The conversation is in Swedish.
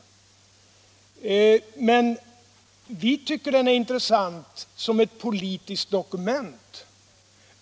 Vi tycker att propositionen är intressant som ett politiskt dokument